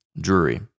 Drury